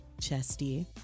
Chesty